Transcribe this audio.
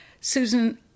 Susan